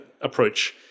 approach